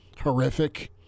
horrific